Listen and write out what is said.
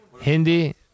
Hindi